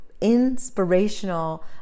inspirational